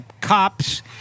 cops